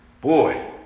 Boy